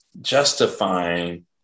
justifying